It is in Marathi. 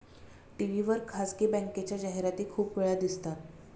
टी.व्ही वर खासगी बँकेच्या जाहिराती खूप वेळा दिसतात